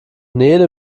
nele